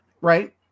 right